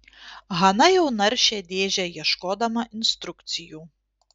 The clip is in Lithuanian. hana jau naršė dėžę ieškodama instrukcijų